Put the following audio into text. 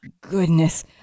goodness